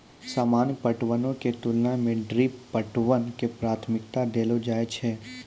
सामान्य पटवनो के तुलना मे ड्रिप पटवन के प्राथमिकता देलो जाय छै